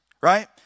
right